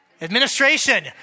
Administration